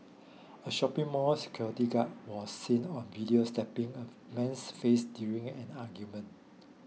a shopping mall security guard was seen on video slapping a man's face during an argument